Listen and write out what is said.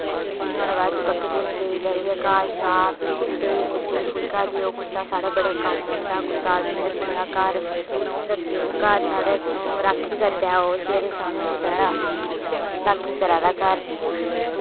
फ्ही नुआढ़े बाद'च बकरियें देई दाइयै घा शा फ्ही कुत्तेई कुत्ते ई फुल्का देओ कुत्ता साढ़े बड़ा कम्म औंदा कुत्ता असें रक्खे दा घर घर साढ़ै राक्खी करदा ऐ ओह् सवेरै शाम्मी बचारा राक्खी करा दा घर दी